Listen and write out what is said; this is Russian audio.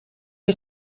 еще